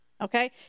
Okay